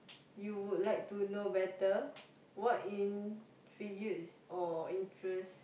you would like to know better what intrigues or interest